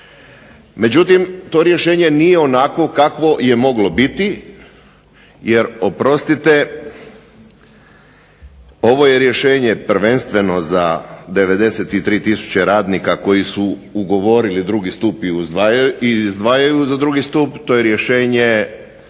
Međutim to rješenje nije onakvo kakvo je moglo biti, jer oprostite ovo je rješenje prvenstveno za 93 tisuće radnika koji su ugovorili 2. stup i izdvajaju za 2. stup, to je rješenje